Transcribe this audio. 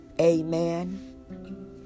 Amen